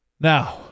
Now